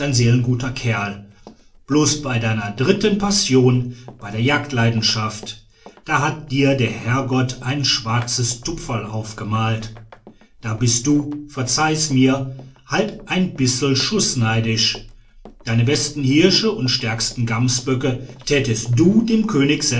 seelenguter kerl bloß bei deiner dritten passion bei der jagdleidenschaft da hat dir der herrgott ein schwarzes tupferl aufgemalt da bist du verzeih mir's halt ein bissel schußneidisch deine besten hirsche und stärksten gamsböcke tätest du dem